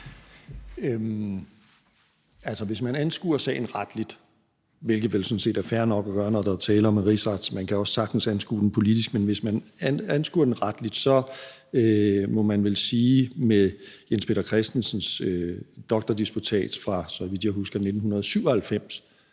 hvis man anskuer sagen retligt, hvilket vel sådan set er fair nok at gøre, når der er tale om en rigsret – man kan også sagtens anskue den politisk, men lad os anskue den retligt – må man konstatere med Jens Peter Christensens doktordisputats fra 1997,